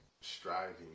striving